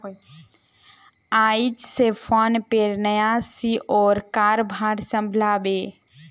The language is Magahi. आइज स फोनपेर नया सी.ई.ओ कारभार संभला बे